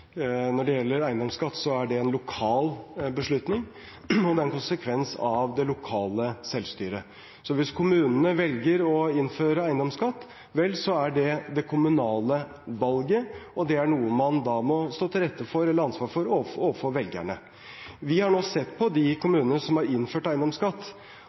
Når det gjelder eiendomsskatt, er det en lokal beslutning, og det er en konsekvens av det lokale selvstyret. Så hvis kommunene velger å innføre eiendomsskatt, er det det kommunale valget, og det er noe man må stå til rette for, eller ansvarlig for, overfor velgerne. Vi har nå sett på de kommunene som har innført eiendomsskatt,